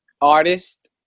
artist